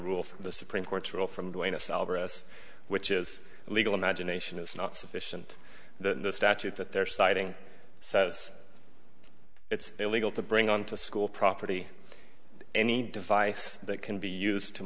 for the supreme court's rule from buenos elbrus which is legal imagination is not sufficient the statute that they're citing says it's illegal to bring on to school property any device that can be used to